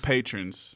Patrons